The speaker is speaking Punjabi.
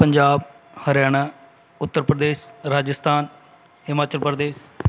ਪੰਜਾਬ ਹਰਿਆਣਾ ਉੱਤਰ ਪ੍ਰਦੇਸ਼ ਰਾਜਸਥਾਨ ਹਿਮਾਚਲ ਪ੍ਰਦੇਸ਼